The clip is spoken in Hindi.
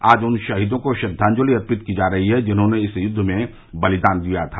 आज उन शहीदों को श्रद्वांजलि अर्पित की जा रही है जिन्होंने इस यूद्व में बलिदान दिया था